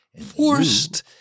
forced